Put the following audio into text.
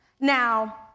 now